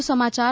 વધુ સમાચાર